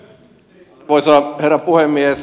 arvoisa herra puhemies